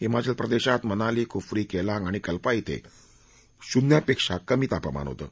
हिमाचल प्रदेशात मनाली कुफरी केलांग आणि कल्पा क्वि शून्यापेक्षा कमी तापमान होतं